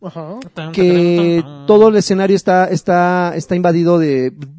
Ajá. Que Tum, tum, tum, tum. todo el escenario está- está- está invadido de-